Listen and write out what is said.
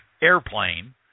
airplane